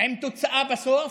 עם תוצאה בסוף,